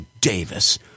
Davis